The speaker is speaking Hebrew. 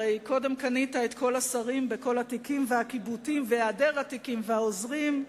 הרי קודם קנית את כל השרים בכל התיקים והכיבודים והעדר התיקים והעוזרים.